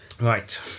Right